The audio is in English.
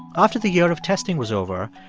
after the year of testing was over,